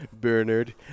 Bernard